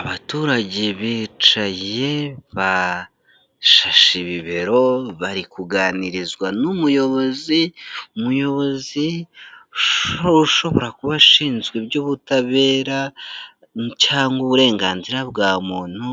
Abaturage bicaye ba shashibibero, bari kuganirizwa n'umuyobozi, umuyobozi ushobora kuba ashinzwe iby'ubutabera cyangwa uburenganzira bwa muntu,